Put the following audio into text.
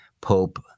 Pope